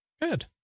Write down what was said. Good